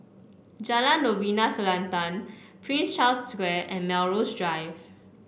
Jalan Novena Selatan Prince Charles Square and Melrose Drive